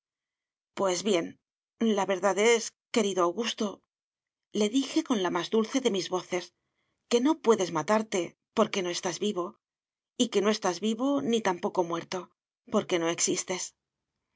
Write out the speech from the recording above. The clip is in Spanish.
pues bien la verdad es querido augustole dije con la más dulce de mis voces que no puedes matarte porque no estás vivo y que no estás vivo ni tampoco muerto porque no existes